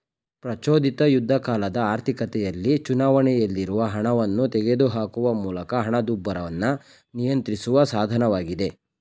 ಪ್ರಚೋದಿತ ಯುದ್ಧಕಾಲದ ಆರ್ಥಿಕತೆಯಲ್ಲಿ ಚಲಾವಣೆಯಲ್ಲಿರುವ ಹಣವನ್ನ ತೆಗೆದುಹಾಕುವ ಮೂಲಕ ಹಣದುಬ್ಬರವನ್ನ ನಿಯಂತ್ರಿಸುವ ಸಾಧನವಾಗಿದೆ